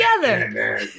together